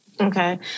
Okay